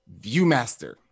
Viewmaster